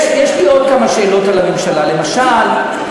יש לי עוד כמה שאלות על הממשלה, למשל,